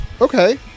Okay